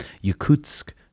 Yakutsk